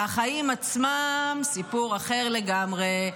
והחיים עצמם, סיפור אחר לגמרי.